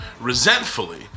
resentfully